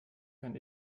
kann